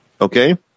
Okay